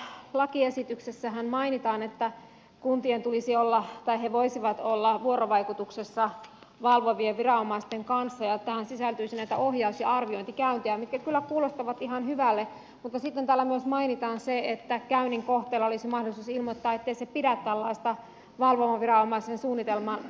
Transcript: täällä lakiesityksessähän mainitaan että kuntien tulisi olla tai ne voisivat olla vuorovaikutuksessa valvovien viranomaisten kanssa ja tähän sisältyisi näitä ohjaus ja arviointikäyntejä mitkä kyllä kuulostavat ihan hyviltä mutta sitten täällä myös mainitaan se että käynnin kohteella olisi mahdollisuus ilmoittaa ettei se pidä tällaista valvovan viranomaisen suunniteltua käyntiä tarpeellisena